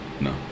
No